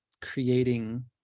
creating